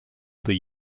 other